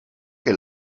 que